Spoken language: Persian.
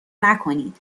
نکنید